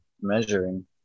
measuring